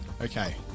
Okay